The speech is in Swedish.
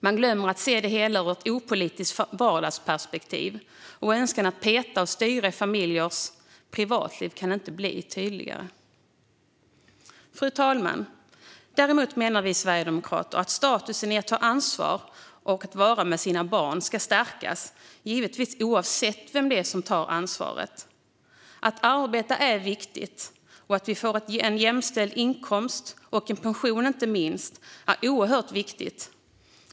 Man glömmer att se det hela ur ett opolitiskt vardagsperspektiv, och önskan att peta och styra i familjers privatliv kan inte bli tydligare. Fru talman! Däremot menar vi sverigedemokrater att statusen i att ta ansvar och att vara med sina barn ska stärkas, givetvis oavsett vem det är som tar ansvaret. Att arbeta är viktigt, och att vi får en jämställd inkomst och - inte minst - pension är oerhört viktigt.